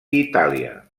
italià